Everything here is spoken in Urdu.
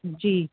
جی